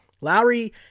Lowry